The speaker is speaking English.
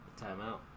Timeout